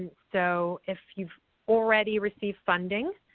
so, if you've already received funding,